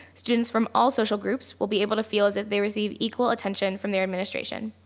students from all social groups will be able to feel as if they receive equal attention from their administration.